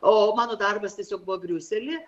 o mano darbas tiesiog buvo briusely